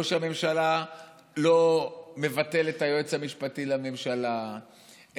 ראש הממשלה לא מבטל את היועץ המשפטי לממשלה,